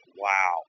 wow